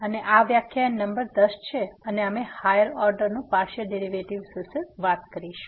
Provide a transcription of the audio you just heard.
અને આ વ્યાખ્યાન નંબર 10 છે અને અમે હાયર ઓર્ડર નું પાર્સીઅલ ડેરીવેટીવ્ઝ વિશે વાત કરીશું